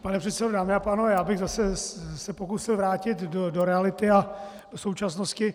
Pane předsedo, dámy a pánové, já bych se pokusil vrátit do reality a současnosti.